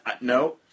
no